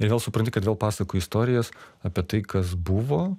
ir vėl supranti kad vėl pasakoji istorijas apie tai kas buvo